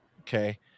okay